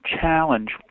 challenge